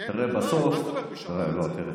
כן, מה זאת אומרת מישהו אמר את זה?